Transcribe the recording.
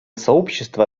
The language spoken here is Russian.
сообщество